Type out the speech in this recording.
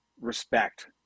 respect